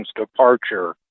departure